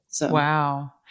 Wow